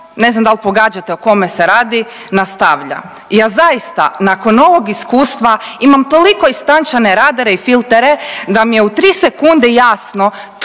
ne znam dal pogađate o kome se radi, nastavlja, ja zaista nakon ovog iskustva imam toliko istančane radare i filtere da mi je u tri sekunde jasno